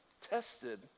tested